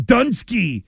Dunsky